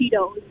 Cheetos